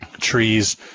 Trees